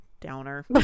downer